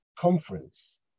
conference